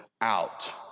out